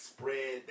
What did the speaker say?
Spread